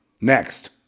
Next